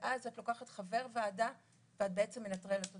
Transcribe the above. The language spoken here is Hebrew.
ואז את לוקחת חבר ועדה ואת בעצם מנטרלת אותו,